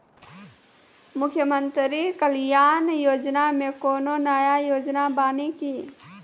मुख्यमंत्री कल्याण योजना मे कोनो नया योजना बानी की?